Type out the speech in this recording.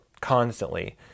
constantly